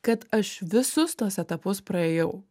kad aš visus tuos etapus praėjau